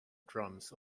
drums